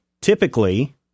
typically